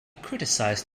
criticized